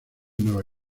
nueva